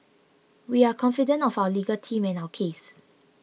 we are confident of our legal team and our case